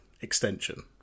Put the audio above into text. extension